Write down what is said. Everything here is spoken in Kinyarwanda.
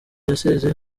yasezeye